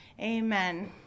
Amen